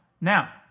Now